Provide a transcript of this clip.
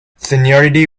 seniority